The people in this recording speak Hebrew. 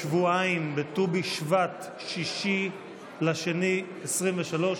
שבועיים, בט"ו בשבט, 6 בפברואר 2023,